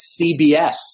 CBS